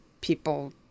people